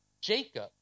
Jacob